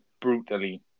brutally